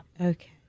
Okay